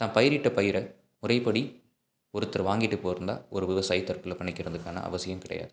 தான் பயிரிட்ட பயிரை முறைப்படி ஒருத்தர் வாங்கிட்டு போய்ருந்தா ஒரு விவசாயி தற்கொலை பண்ணிக்கிறதுக்கான அவசியம் கிடையாது